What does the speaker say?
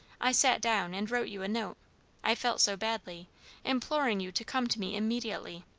i sat down and wrote you a note i felt so badly imploring you to come to me immediately.